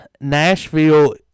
Nashville